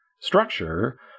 structure